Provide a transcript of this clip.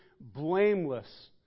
blameless